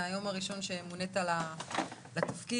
מהיום הראשון שמונית לתפקיד.